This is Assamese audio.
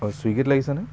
অঁ ছুইগীত লাগিছেনে